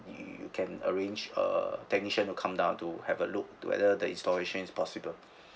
you can arrange a technician to come down to have a look whether the installation is possible